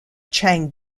chang